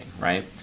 right